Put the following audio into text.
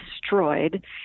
destroyed